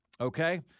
okay